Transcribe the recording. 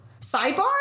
sidebar